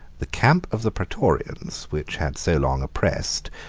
the camp of the praetorians, which had so long oppressed,